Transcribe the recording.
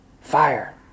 fire